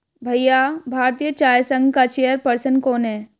भैया भारतीय चाय संघ का चेयर पर्सन कौन है?